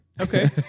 Okay